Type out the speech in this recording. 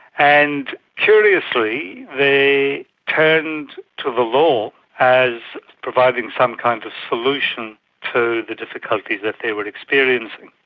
and curiously they turned to the law as providing some kind of solution to the difficulties that they were experiencing.